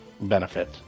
benefit